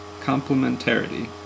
complementarity